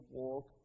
walk